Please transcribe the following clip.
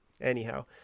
anyhow